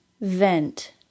vent